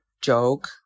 joke